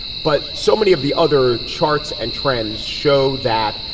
but so many of the other charts and trends show that,